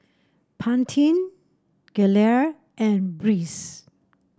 Pantene Gelare and Breeze